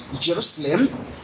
Jerusalem